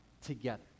together